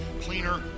cleaner